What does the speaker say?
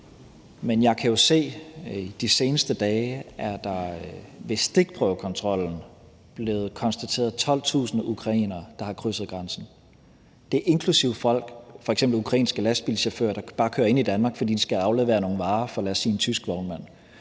Men jeg kan jo se, at det de seneste dage ved stikprøvekontrollen er blevet konstateret, at 12.000 ukrainere har krydset grænsen. Det er inklusive folk, f.eks. ukrainske lastbilchauffører, der bare kører ind i Danmark, fordi de skal aflevere nogle varer for, lad os sige en tysk vognmand.